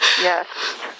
yes